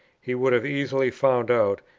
he would have easily found out,